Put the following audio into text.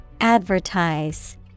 Advertise